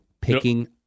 picking